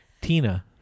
Tina